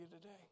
today